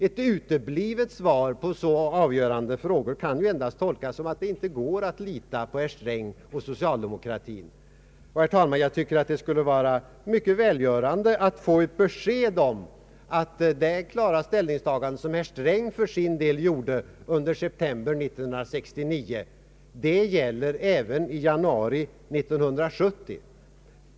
Ett uteblivet svar på så avgörande frågor kan endast tolkas så att det inte går att lita på herr Sträng och socialdemokratin. Herr talman! Jag tycker att det bör vara mycket välgörande att få ett be sked om att det klara ställningstagande som herr Sträng för sin del gjorde i september 1969 gäller även i januari 1970.